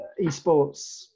esports